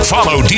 Follow